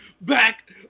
back